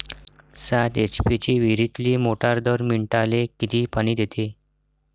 सात एच.पी ची विहिरीतली मोटार दर मिनटाले किती पानी देते?